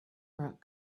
brought